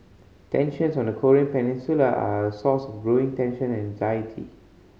tensions on the Korean Peninsula are a source of growing tension and anxiety